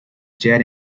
jet